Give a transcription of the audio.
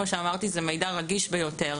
כמו שאמרתי, זה מידע רגיש ביותר.